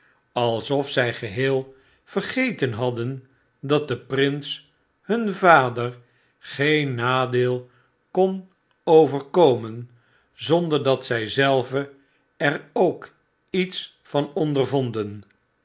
alsof zy geheel vergeten had den dat den prins hun vader geen nadeel kon overkomen zonder dat zy zelve er ook iets van ondervonden